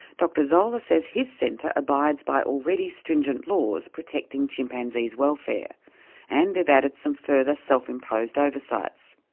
dr zola says his centre abides by already stringent laws protecting chimpanzees' welfare and they've added some further self imposed oversights.